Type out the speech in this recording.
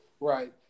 Right